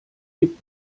gib